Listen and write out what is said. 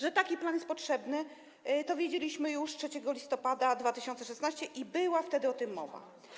Że taki plan jest potrzebny, to wiedzieliśmy już 3 listopada 2016 r., i była wtedy o tym mowa.